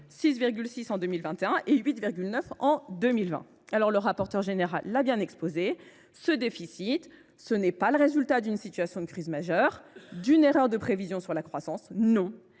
6,6 % en 2021 et 8,9 % en 2020. Le rapporteur général l’a bien dit : ce déficit n’est pas le résultat d’une situation de crise majeure, ou d’une erreur de prévision sur la croissance. Non,